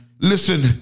listen